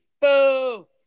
Boo